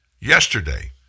Yesterday